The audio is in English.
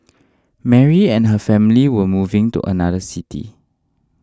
Mary and her family were moving to another city